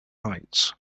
heights